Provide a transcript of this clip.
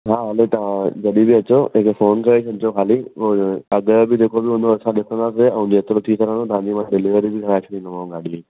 हा हले तव्हां जॾहिं बि अचो हिकु फ़ोन करे छॾिजो खाली पोइ अघु जेको बि हूंदो असां ॾिसंदासीं ऐं जेतिरो थी सघंदो तव्हांजी मां डिलीवरी बि कराए छॾींदोमांव गाॾीअ जी